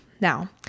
Now